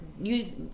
Use